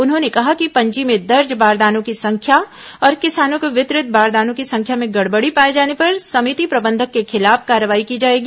उन्होंने कहा कि पंजी में दर्ज बारदानों की संख्या और किसानों को वितरित बारदानों की संख्या में गड़बड़ी पाए जाने पर समिति प्रबंधक के खिलाफ कार्रवाई की जाएगी